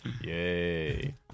Yay